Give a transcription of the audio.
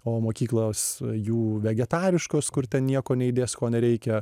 o mokyklos jų vegetariškos kur ten nieko neįdės ko nereikia